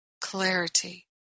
clarity